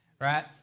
Right